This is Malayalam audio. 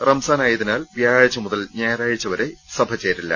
റംസാനായതിനാൽ വ്യാഴാഴ്ച മുതൽ ഞായറാഴ്ചവരെ സഭ ചേരി ല്ല